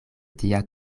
tia